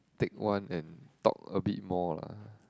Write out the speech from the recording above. take one and talk a bit more lah